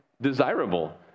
desirable